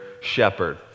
shepherd